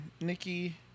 Nikki